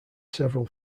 several